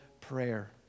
prayer